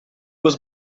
was